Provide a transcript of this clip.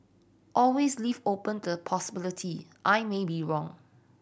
always leave open the possibility I may be wrong